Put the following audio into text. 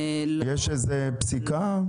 האם יש איזושהי פסיקה?